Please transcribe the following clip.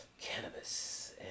cannabis